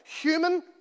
human